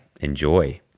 enjoy